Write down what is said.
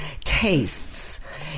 tastes